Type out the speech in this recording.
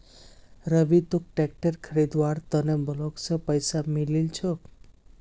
रवि तोक ट्रैक्टर खरीदवार त न ब्लॉक स पैसा मिलील छोक